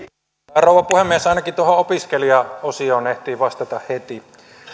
rouva puhemies ainakin tuohon opiskelijaosioon ehtii vastata heti